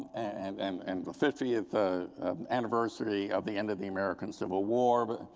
and um and the fiftieth ah anniversary of the end of the american civil war.